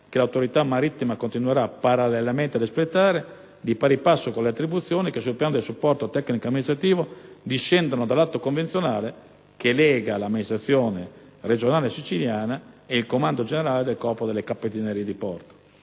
che l'autorità marittima continuerà, parallelamente, ad espletare, di pari passo con le attribuzioni che, sul piano del supporto tecnico-amministrativo, discendono dall'atto convenzionale che lega l'amministrazione regionale siciliana e il Comando generale del Corpo delle capitanerie di porto.